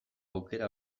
aukera